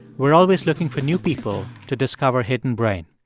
we're always looking for new people to discover hidden brain.